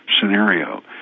scenario